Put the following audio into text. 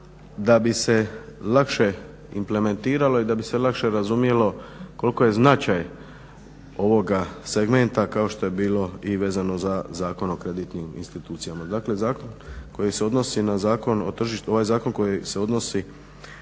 da bi se lakše implementiralo i da bi se lakše razumjelo koliko je značaj ovoga segmenta kao što je bilo i vezano za Zakon o kreditnim institucijama. Dakle ovaj zakon koji se odnosi na tržište kapitala u biti odnosi